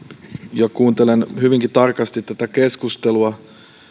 ja kuuntelen hyvinkin tarkasti tätä keskustelua ja